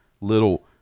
Little